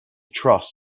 trust